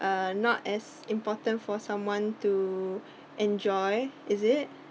uh not as important for someone to enjoy is it